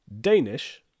Danish